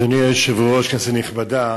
אדוני היושב-ראש, כנסת נכבדה,